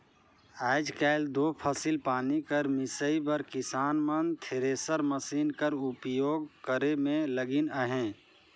आएज काएल दो फसिल पानी कर मिसई बर किसान मन थेरेसर मसीन कर उपियोग करे मे लगिन अहे